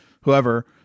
whoever